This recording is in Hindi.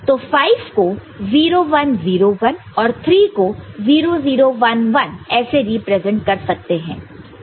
तो 5 को 0 1 0 1 और 3 को 0 0 1 1 ऐसे रिप्रेजेंट कर सकते है